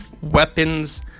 weapons